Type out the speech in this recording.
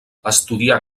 estudià